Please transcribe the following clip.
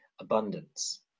abundance